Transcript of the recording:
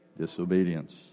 disobedience